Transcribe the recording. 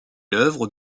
l’œuvre